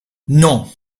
non